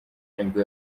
nibwo